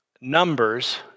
numbers